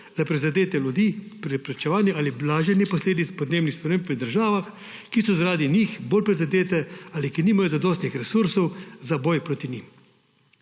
za prizadete ljudi preprečevanje ali blaženje posledic podnebnih sprememb v državah, ki so zaradi njih bolj prizadete ali ki nimajo zadostnih resursov za boj proti njim.